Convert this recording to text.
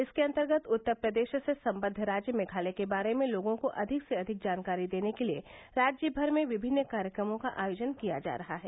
इसके अंतर्गत उत्तर प्रदेश से संबद्व राज्य मेघालय के बारे में लोगों को अधिक से अधिक जानकारी देने के लिए राज्य भर में विभिन्न कार्यक्रमों का आयोजन किया जा रहा है